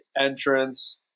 entrance